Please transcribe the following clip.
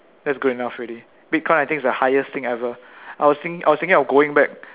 that's good enough already bitcoin I think is the highest thing ever I was think I was thinking of going back